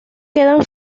quedan